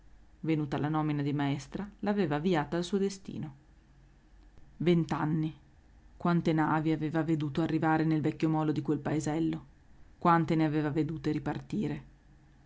venuta la nomina di maestra la aveva avviata al suo destino vent'anni quante navi aveva veduto arrivare nel vecchio molo di quel paesello quante ne aveva vedute ripartire